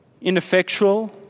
Ineffectual